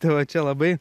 tai va čia labai